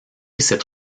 cette